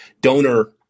donor